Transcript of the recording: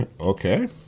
Okay